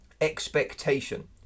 expectation